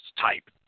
type